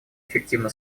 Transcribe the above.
эффективно